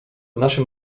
naszym